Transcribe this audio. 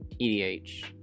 edh